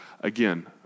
again